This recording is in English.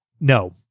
No